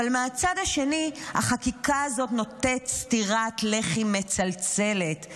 אבל מהצד השני החקיקה הזאת נותנת סטירת לחי מצלצלת,